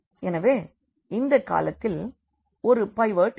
எனவே இந்த காலத்தில் ஒரு பைவோட் இருக்கும்